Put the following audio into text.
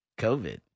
COVID